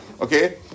okay